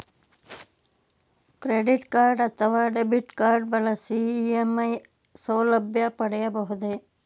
Credit card ಅಥವಾ debit card ಬಳಸಿ EMI ಸೌಲಭ್ಯ ಪಡೆಯಬಹುದೇ?